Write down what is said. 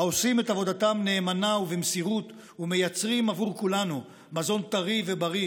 העושים את עבודתם נאמנה ובמסירות ומייצרים עבור כולנו מזון טרי ובריא